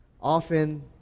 Often